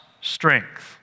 strength